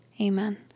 Amen